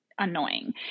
annoying